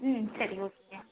ம் சரி ஓகே